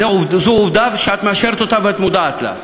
זו עובדה שאת מאשרת ומודעת לה.